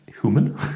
Human